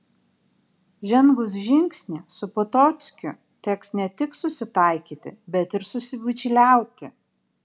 žengus žingsnį su potockiu teks ne tik susitaikyti bet ir susibičiuliauti